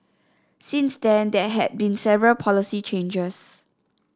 since then there had been several policy changes